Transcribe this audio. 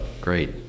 Great